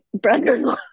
brother-in-law